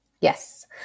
Yes